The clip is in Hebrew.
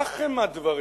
כך הם הדברים,